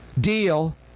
deal